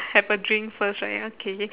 have a drink first right okay